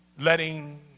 letting